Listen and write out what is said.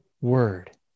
word